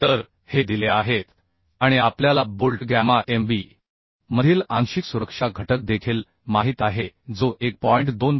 तर हे दिले आहेत आणि आपल्याला बोल्ट गॅमा Mb मधील आंशिक सुरक्षा घटक देखील माहित आहे जो 1